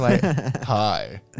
hi